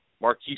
Marquis